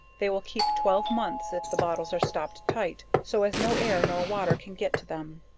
they will keep twelve months if the bottles are stopped tight, so as no air nor water can get to them.